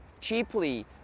cheaply